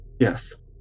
Yes